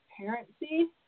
transparency